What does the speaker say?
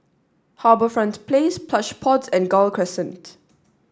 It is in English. HarbourFront Place Plush Pods and Gul Crescent